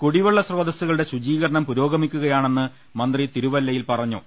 കുടി വെള്ള സ്രോതസ്സുകളുടെ ശുചീകരണ്ം പുരോഗമിക്കുകയാണെന്ന് മന്ത്രി തിരുവല്ലയിൽ പ്റഞ്ഞു